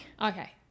okay